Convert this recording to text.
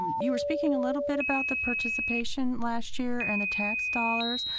you were speaking a little bit about the participation last year and the tax dollars.